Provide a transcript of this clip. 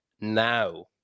now